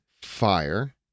Fire